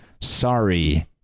sorry